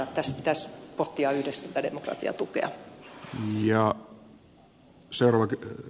tässä pitäisi pohtia yhdessä tätä demokratiatukea